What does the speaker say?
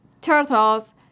turtles